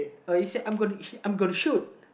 oh you see I'm gon~ I'm gonna shoot